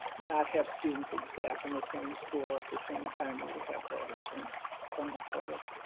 not have students and staff in the same school at the same time we would have voters and from the public.